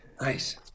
nice